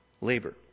labor